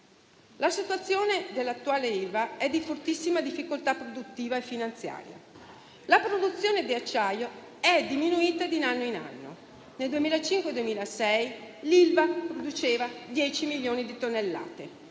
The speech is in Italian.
La situazione dell'attuale Ilva è di fortissima difficoltà produttiva e finanziaria. La produzione di acciaio è diminuita di anno in anno: nel 2005-2006 l'Ilva produceva 10 milioni di tonnellate;